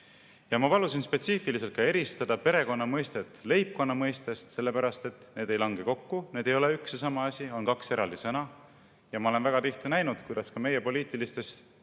on? Ma palusin spetsiifiliselt eristada perekonna mõistet leibkonna mõistest, sellepärast et need ei lange kokku. Need ei ole üks ja sama asi, need on kaks eraldi sõna. Ma olen väga tihti näinud, kuidas ka meie poliitilistes